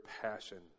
passion